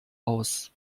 aus